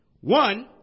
One